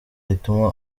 rituma